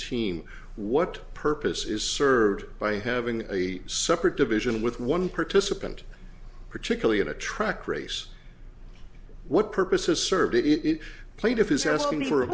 team what purpose is served by having a separate division with one participant particularly in a track race what purpose is served it played if is asking for a